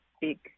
big